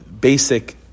basic